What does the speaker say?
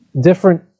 different